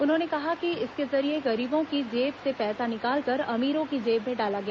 उन्होंने कहा कि इसके जरिए गरीबों की जेब से पैसा निकालकर अमीरों की जेब में डाला गया